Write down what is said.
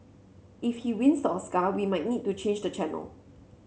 if he wins the Oscar we might need to change the channel